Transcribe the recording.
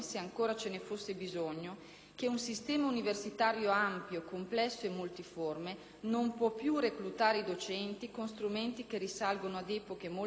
che un sistema universitario ampio, complesso e multiforme non può più reclutare i docenti con strumenti che risalgono ad epoche molto lontane e molto diverse.